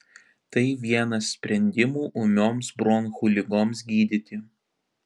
tai vienas sprendimų ūmioms bronchų ligoms gydyti